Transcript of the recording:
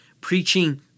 preaching